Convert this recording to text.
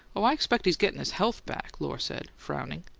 oh, i expect he's gettin' his health back, lohr said, frowning.